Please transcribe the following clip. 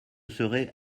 serait